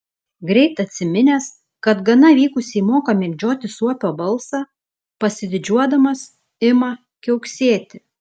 greit atsiminęs kad gana vykusiai moka mėgdžioti suopio balsą pasididžiuodamas ima kiauksėti